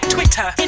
Twitter